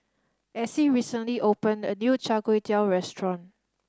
Essie recently opened a new Char Kway Teow restaurant